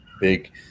big